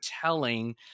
telling